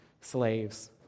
slaves